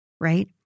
right